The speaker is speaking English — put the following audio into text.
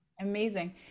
Amazing